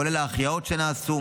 כולל ההחייאות שנעשו,